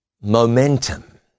momentum